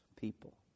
people